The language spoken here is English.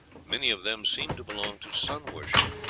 many of them seem to belong to sun-worship,